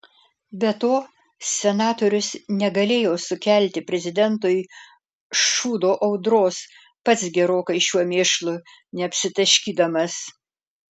be to senatorius negalėjo sukelti prezidentui šūdo audros pats gerokai šiuo mėšlu neapsitaškydamas